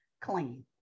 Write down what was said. clean